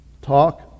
talk